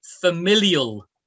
familial